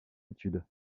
études